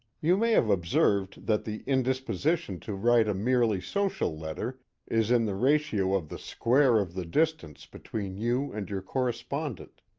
you may have observed that the indisposition to write a merely social letter is in the ratio of the square of the distance between you and your correspondent.